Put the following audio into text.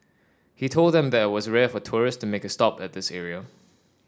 he told them that was rare for tourists make a stop at this area